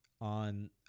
on